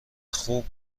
خوب